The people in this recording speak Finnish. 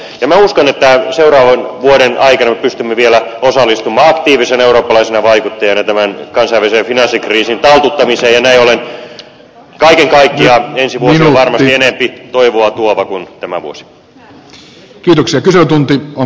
minä uskon että seuraavan vuoden aikana me pystymme vielä osallistumaan aktiivisena eurooppalaisena vaikuttajana tämän kansainvälisen finanssikriisin taltuttamiseen ja näin ollen kaiken kaikkiaan ensi vuosi on varmasti enempi toivoa tuova kuin tämä vuosi